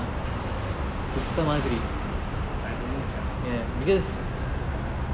I don't know sia